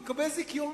הוא יקבל זיכיון,